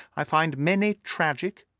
i find many tragic,